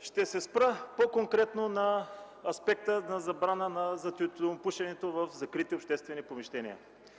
Ще се спра по-конкретно на аспекта за забраната на тютюнопушенето в закрити обществени помещения.